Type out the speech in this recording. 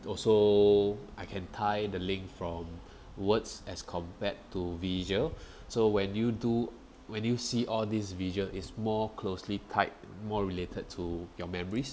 also I can tie the link from words as compared to visual so when you do when you see all these visual is more closely tied more related to your memories